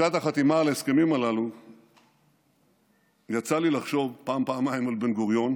בשעת החתימה על ההסכמים הללו יצא לי לחשוב פעם-פעמיים על בן-גוריון,